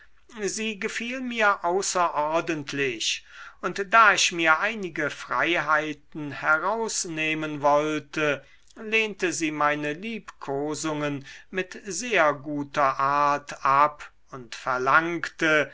sie gefiel mir außerordentlich und da ich mir einige freiheiten herausnehmen wollte lehnte sie meine liebkosungen mit sehr guter art ab und verlangte